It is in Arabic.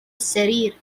السرير